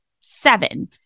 seven